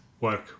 work